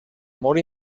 molt